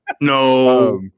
No